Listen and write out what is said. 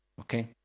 okay